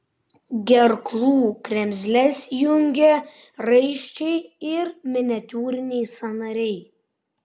gerklų kremzles jungia raiščiai ir miniatiūriniai sąnariai